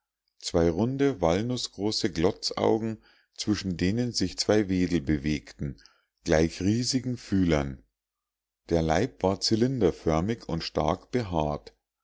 zwei runde walnußgroße glotzaugen zwischen denen sich zwei wedel bewegten gleich riesigen fühlern der leib war zylinderförmig und stark behaart